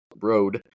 road